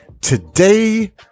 Today